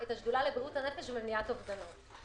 את השדולה לבריאות הנפש ולמניעת אובדנות.